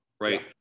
right